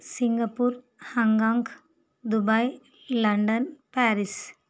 Singapore Hong Kong Dubai London Paris